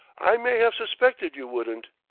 i may have suspected you wouldn't.